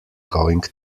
going